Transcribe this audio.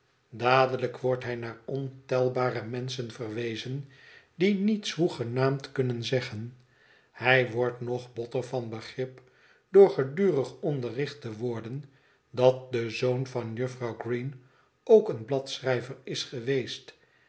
dadelijk wordt hij naar ontelbare menschen verwezen die niets hoegenaamd kunnen zeggen hij wordt nog botter van begrip door gedurig onderricht te worden dat de zoon van jufvrouw green ook een bladschrijver is geweest